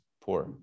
poor